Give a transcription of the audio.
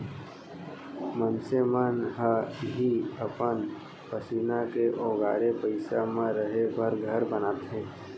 मनसे मन ह इहीं अपन पसीना के ओगारे पइसा म रहें बर घर बनाथे